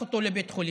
ולקח אותו לבית חולים,